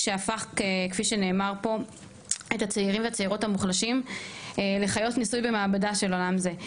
שהפך פה הצעירים והצעירות המוחלשים לחיות ניסוי במעבדה של עולם זה.